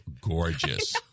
gorgeous